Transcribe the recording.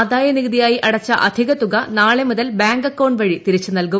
ആദായ നികുതിയിട്ടിയി അടച്ച അധിക തുക നാളെ മുതൽ ബാങ്ക് അക്കൌണ്ട് വ്ഴി തിരിച്ചു നൽകും